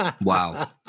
Wow